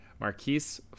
Marquise